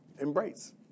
embrace